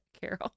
Carol